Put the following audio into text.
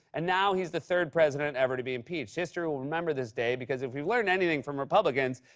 and now, he's the third president ever to be impeached. history will remember this day because if you learn anything from republicans,